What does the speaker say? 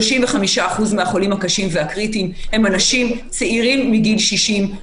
35% מהחולים הקשים והקריטיים הם אנשים צעירים מגיל 60,